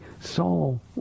Saul